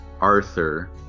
Arthur